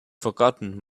forgotten